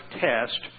test